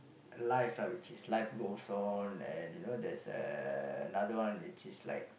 life ah which is life goes on and you know there's uh another one which is like